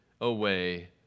away